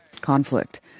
conflict